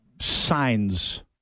signs